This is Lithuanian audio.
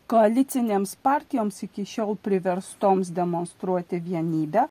koalicinėms partijoms iki šiol priverstoms demonstruoti vienybę